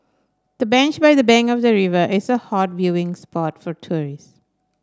the bench by the bank of the river is a hot viewing spot for tourists